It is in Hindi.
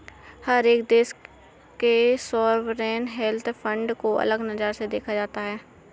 हर एक देश के सॉवरेन वेल्थ फंड को अलग नजर से देखा जाता है